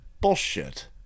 Bullshit